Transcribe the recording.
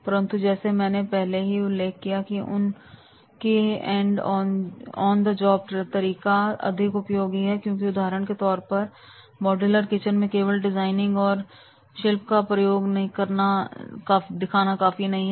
परंतु जैसे मैंने पहले भी उल्लेख किया की एंड जॉन तरीका अधिक उपयोगी होगा क्योंकि उदाहरण के तौर पर मॉडलर किचन मैं केवल डिजाइनिंग और शिल्प का उपयोग करके दिखाना ही काफी नहीं है